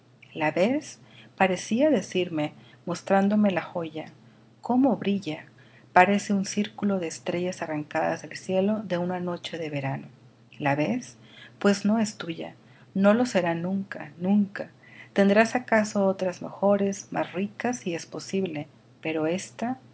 la ves parecía decirme mostrándome la joya cómo brilla parece un círculo de estrellas arrancadas del cielo de una noche de verano la ves pues no es tuya no lo será nunca nunca tendrás acaso otras mejores más ricas si es posible pero ésta